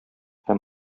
һәм